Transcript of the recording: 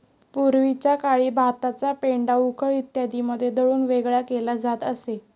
पूर्वीच्या काळी भाताचा पेंढा उखळ इत्यादींमध्ये दळून वेगळा केला जात असे